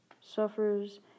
suffers